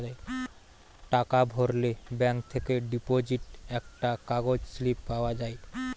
টাকা ভরলে ব্যাঙ্ক থেকে ডিপোজিট একটা কাগজ স্লিপ পাওয়া যায়